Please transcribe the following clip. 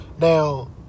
Now